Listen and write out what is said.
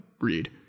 read